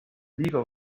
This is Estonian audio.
liiga